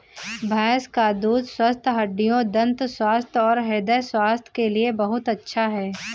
भैंस का दूध स्वस्थ हड्डियों, दंत स्वास्थ्य और हृदय स्वास्थ्य के लिए बहुत अच्छा है